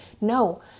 No